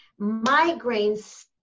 Migraines